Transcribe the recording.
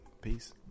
Peace